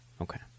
Okay